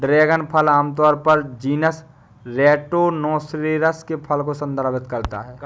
dragon फल आमतौर पर जीनस स्टेनोसेरेस के फल को संदर्भित करता है